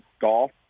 golf